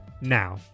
Now